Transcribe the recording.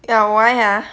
ya why ah